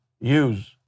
use